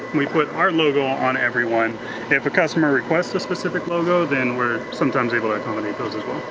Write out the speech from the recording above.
we put our logo on every one. if a customer requests a specific logo, then we're sometimes able to accommodate those as well.